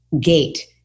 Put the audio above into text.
gate